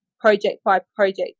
project-by-project